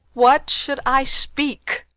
what should i speak?